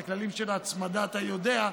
את הכללים של ההצמדה אתה יודע,